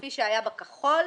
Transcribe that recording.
כפי שהיה בכחול,